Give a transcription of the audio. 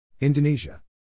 Indonesia